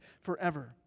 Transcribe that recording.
forever